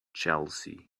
chelsea